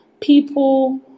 people